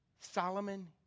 Solomon